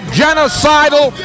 genocidal